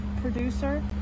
producer